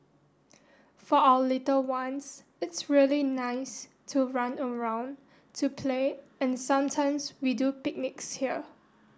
for our little ones it's really nice to run around to play and sometimes we do picnics here